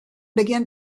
began